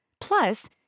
Plus